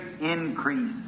increase